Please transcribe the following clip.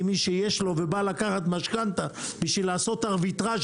כי מי שיש לו ובא לקחת משכנתא בשביל לעשות ארביטראז'